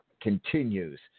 continues